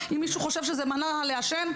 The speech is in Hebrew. אם מישהו חושב שזה מנע לעשן,